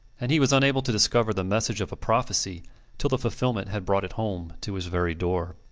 and he was unable to discover the message of a prophecy till the fulfilment had brought it home to his very door.